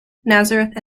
nazareth